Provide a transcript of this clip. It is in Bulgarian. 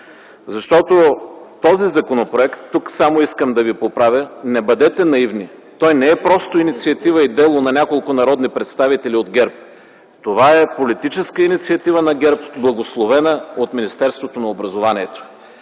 Този законопроект – тук само искам да Ви поправя, не бъдете наивни, той не е просто инициатива и дело на няколко народни представители от ГЕРБ. Това е политическа инициатива на ГЕРБ, благословена от Министерството на образованието.